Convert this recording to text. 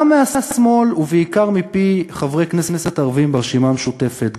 גם מהשמאל ובעיקר מפי חברי הכנסת הערבים ברשימה המשותפת,